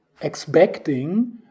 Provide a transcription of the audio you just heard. expecting